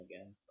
again